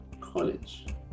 college